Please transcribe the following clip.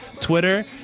Twitter